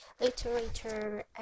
literature